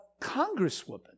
congresswoman